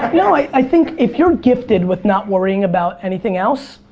no, i i think if you're gifted with not worrying about anything else,